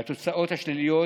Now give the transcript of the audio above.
מהתוצאות השליליות.